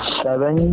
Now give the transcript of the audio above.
seven